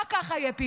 רק ככה יהיה פיוס,